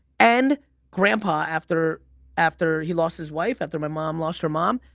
and grandpa after after he lost his wife, after my mom lost her mom,